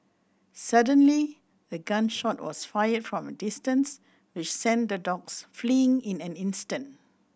suddenly a gun shot was fired from a distance which sent the dogs fleeing in an instant